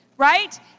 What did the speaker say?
right